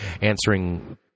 answering